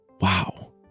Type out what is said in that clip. Wow